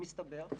מסתבר,